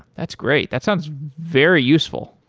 that's great. that sounds very useful.